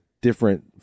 different